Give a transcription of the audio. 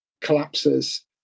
collapses